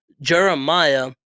Jeremiah